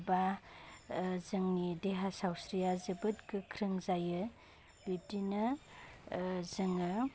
बा जोंनि देहा सावस्रिया जोबोद गोख्रों जायो बिबदिनो जोङो